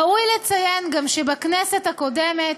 ראוי לציין גם שבכנסת הקודמת